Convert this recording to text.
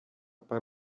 par